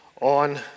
on